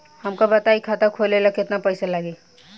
हमका बताई खाता खोले ला केतना पईसा लागी?